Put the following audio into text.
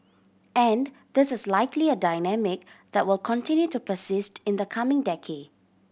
and this is likely a dynamic that will continue to persist in the coming decade